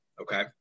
okay